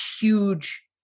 huge